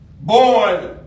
born